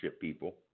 people